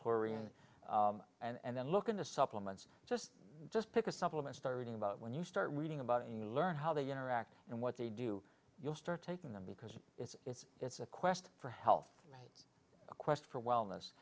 korean and then look into supplements just just pick a supplement start reading about when you start reading about it and learn how they interact and what they do you'll start taking them because it's it's a quest for health a quest for wellness